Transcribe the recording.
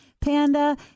panda